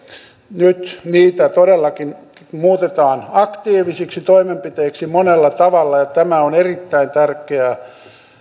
nyt niitä todellakin muutetaan aktiivisiksi toimenpiteiksi monella tavalla ja tämä on erittäin tärkeää